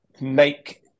make